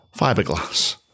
fiberglass